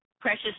Precious